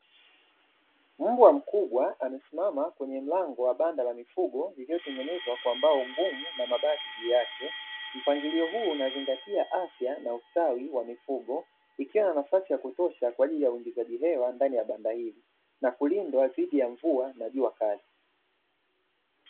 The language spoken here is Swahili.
Mbwa mkubwa amesimama kwenye mlango wa banda la mifugo lililotengenezwa kwa mbao ngumu na mabati juu yake. Mpangilio huu unazingatia afya na ustawi wa mifugo, ikiwa na nafasi ya kutosha kwa ajili ya uingizaji hewa ndani ya banda hilo na kulindwa dhidi ya mvua na jua kali.